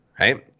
Right